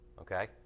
Okay